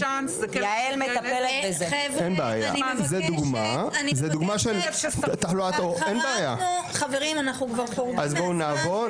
חבר'ה אני מבקשת, חברים אנחנו כבר חורגים מהזמן.